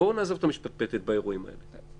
בואו נעזוב את המשפטפטת באירועים האלה.